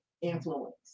influence